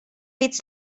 its